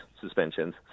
suspensions